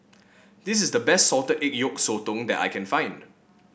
this is the best Salted Egg Yolk Sotong that I can find